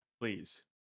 Please